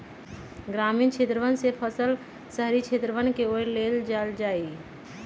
ग्रामीण क्षेत्रवन से फसल शहरी क्षेत्रवन के ओर ले जाल जाहई